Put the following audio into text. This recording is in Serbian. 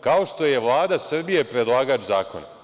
kao što je Vlada Srbije predlagač zakona.